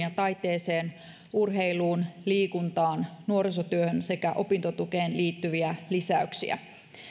ja taiteeseen urheiluun liikuntaan nuorisotyöhön sekä opintotukeen liittyviä lisäyksiä